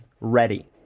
ready